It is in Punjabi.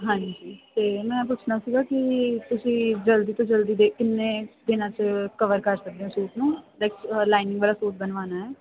ਹਾਂਜੀ ਅਤੇ ਮੈਂ ਪੁੱਛਣਾ ਸੀਗਾ ਕਿ ਤੁਸੀਂ ਜਲਦੀ ਤੋਂ ਜਲਦੀ ਦੇ ਕਿੰਨੇ ਦਿਨਾਂ 'ਚ ਕਵਰ ਕਰ ਸਕਦੇ ਹੋ ਸੂਟ ਨੂੰ ਲਾਈਕ ਲਾਈਨਿੰਗ ਵਾਲਾ ਸੂਟ ਬਣਵਾਉਣਾ ਹੈ